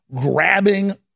grabbing